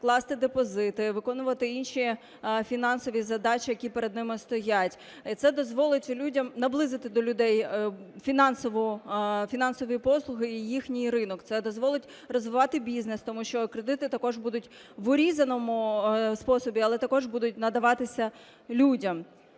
класти депозит, виконувати інші фінансові задачі, які перед ними стоять. Це дозволить людям... наблизити до людей фінансові послуги і їхній ринок, це дозволить розвивати бізнес, тому що кредити також будуть в урізаному способі, але також будуть надаватися людям.